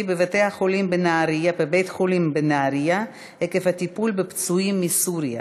בבית-החולים בנהריה עקב הטיפול בפצועים מסוריה,